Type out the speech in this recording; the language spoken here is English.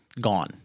gone